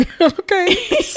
Okay